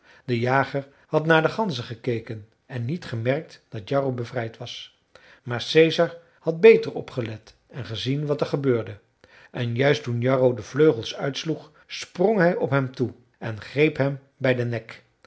de jager had naar de ganzen gekeken en niet gemerkt dat jarro bevrijd was maar caesar had beter opgelet en gezien wat er gebeurde en juist toen jarro de vleugels uitsloeg sprong hij op hem toe en greep hem bij den nek